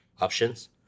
options